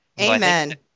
Amen